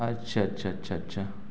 اچھا اچھا اچھا اچھا